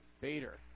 Bader